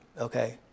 okay